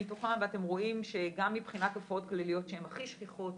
מתוכם אתם רואים שגם מבחינת תופעות כלליות שהן הכי שכיחות,